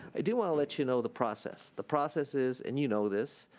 i do want to let you know the process. the process is and you know this,